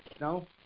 No